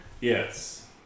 Yes